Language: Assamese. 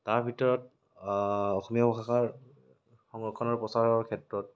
তাৰ ভিতৰত অসমীয়া ভাষাৰ সংৰক্ষণ আৰু প্ৰচাৰৰ ক্ষেত্ৰত